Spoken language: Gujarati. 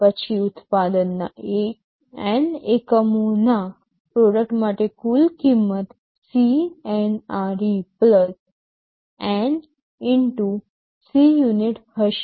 પછી ઉત્પાદનના N એકમોના પ્રોડક્ટ માટે કુલ કિંમત CNRE N Cunit હશે